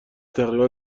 تقریبا